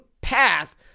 path